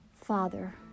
Father